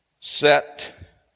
set